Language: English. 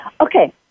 Okay